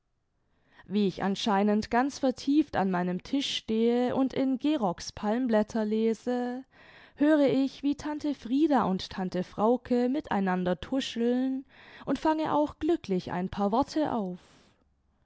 wie ich anscheinend ganz vertieft an meinem tisch stehe und in geroks palmblätter lese höre ich wie tante frieda und tante frauke miteinander tuscheln und fange auch glücklich ein paar worte auf